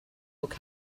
look